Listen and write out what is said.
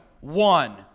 One